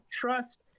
trust